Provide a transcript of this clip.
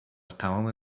تمام